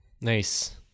Nice